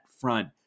front